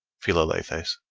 philalethes.